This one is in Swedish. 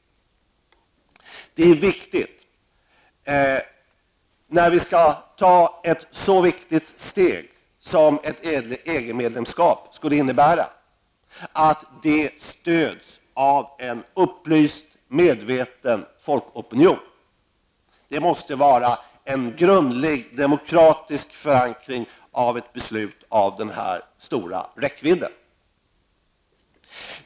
När vi skall ta ett så stort steg som ett EG-medlemskap skulle innebära är det viktigt att det stöds av en upplyst och en medveten folkopinion. Det måste finnas en grundlig demokratiskt förankring i ett beslut med den här stora räckvidden. Herr talman!